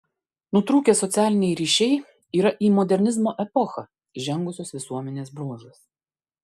nutrūkę socialiniai ryšiai yra į modernizmo epochą įžengusios visuomenės bruožas